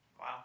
Wow